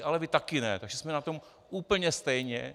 Ale vy také ne, takže jsme na tom úplně stejně.